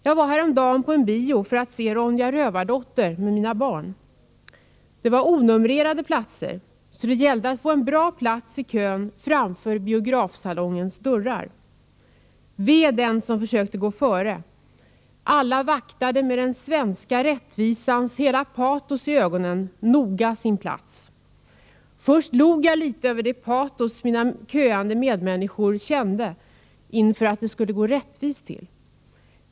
Jag var häromdagen på en bio för att se Ronja Rövardotter med mina barn. Det var onumrerade platser, så det gällde att få en bra position i kön framför biografsalongens dörrar. Ve den som försökte gå före! Alla vaktade med den svenska rättvisans patos i ögonen noga sin plats. Först log jag litet åt det patos mina köande medmänniskor kände inför att det skulle gå rättvist till.